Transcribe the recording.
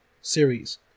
series